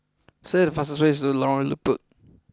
select the fastest way to Lorong Liput